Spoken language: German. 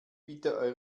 bitte